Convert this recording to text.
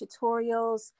tutorials